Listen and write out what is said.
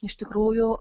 iš tikrųjų